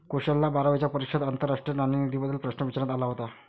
कुशलला बारावीच्या परीक्षेत आंतरराष्ट्रीय नाणेनिधीबद्दल प्रश्न विचारण्यात आला होता